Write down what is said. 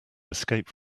escape